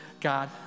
God